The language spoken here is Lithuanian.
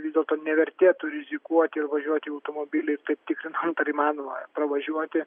vis dėlto nevertėtų rizikuoti ir važiuoti automobiliais tikrinant ar įmanoma pravažiuoti